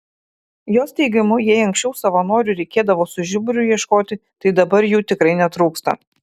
jos teigimu jei anksčiau savanorių reikėdavo su žiburiu ieškoti tai dabar jų tikrai netrūksta